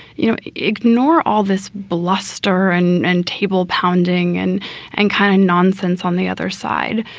you know, ignore all this bluster and and table pounding and and kind of nonsense on the other side.